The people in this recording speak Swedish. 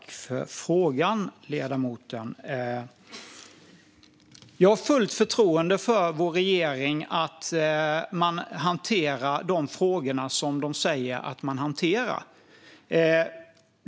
Herr talman! Jag tackar ledamoten för frågan. Jag har fullt förtroende för att regeringen hanterar de frågor som den säger att den hanterar.